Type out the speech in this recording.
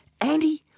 Andy